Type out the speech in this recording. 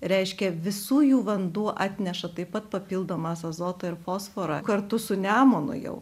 reiškia visų jų vanduo atneša taip pat papildomas azotą ir fosforą kartu su nemunu jau